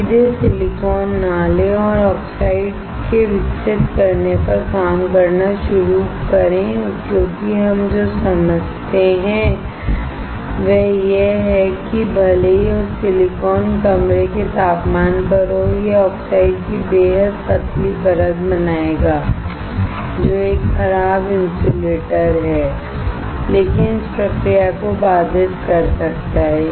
सीधे सिलिकॉन न लें और ऑक्साइड के विकसित करने पर काम करना शुरू करें क्योंकि हम जो समझते हैं वह यह है कि भले ही सिलिकॉन कमरे के तापमान पर हो यह ऑक्साइड की बेहद पतली परत बनाएगा जो एक खराब इन्सुलेटर है लेकिन इस प्रक्रिया को बाधित कर सकता है